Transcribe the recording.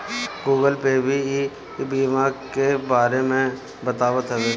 Google Pay भी ई बीमा के बारे में बतावत हवे